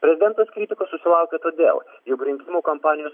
prezidentas kritikos susilaukia todėl jog rinkimų kompanijos